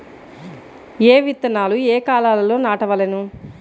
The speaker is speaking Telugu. ఏ విత్తనాలు ఏ కాలాలలో నాటవలెను?